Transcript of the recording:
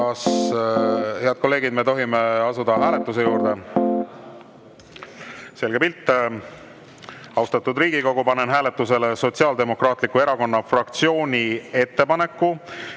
Kas, head kolleegid, me tohime asuda hääletuse juurde? Selge pilt. Austatud Riigikogu, panen hääletusele Sotsiaaldemokraatliku Erakonna fraktsiooni ettepaneku